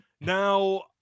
Now